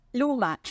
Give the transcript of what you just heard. luma